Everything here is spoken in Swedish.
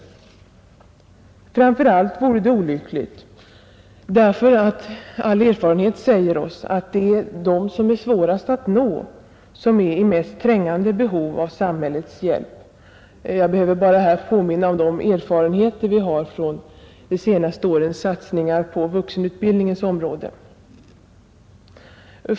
Framför allt vore det olyckligt, därför att all erfarenhet säger oss att det är de som är svårast att nå som är i mest trängande behov av samhällets hjälp — jag behöver här bara påminna om de erfarenheter vi har från de senaste årens satsningar på vuxenutbildningens område.